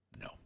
No